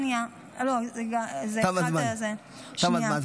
שנייה, שנייה.